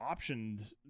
optioned